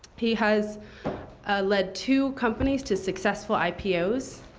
he has led two companies to successful ipos.